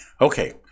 Okay